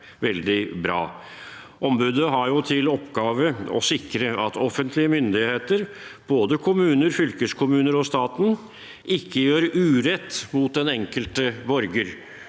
veldig bra. Ombudet har til oppgave å sikre at offentlige myndigheter – både kommuner, fylkeskommuner og staten – ikke gjør urett mot den enkelte borger.